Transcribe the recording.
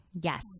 Yes